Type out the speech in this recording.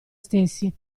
stessi